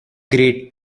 great